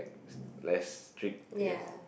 less strict I guess